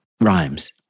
rhymes